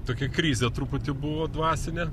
tokia krizė truputį buvo dvasinė